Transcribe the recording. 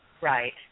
Right